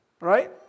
right